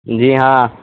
جی ہاں